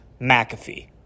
McAfee